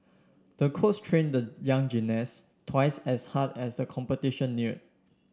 the coaches trained the young gymnast twice as hard as the competition neared